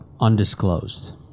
Undisclosed